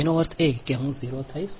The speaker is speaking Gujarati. તેનો અર્થ એ કે હું 0 થઈશ